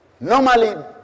Normally